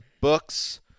books